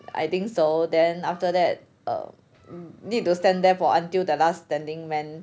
I think so then after that err need to stand there for until the last standing man